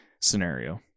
scenario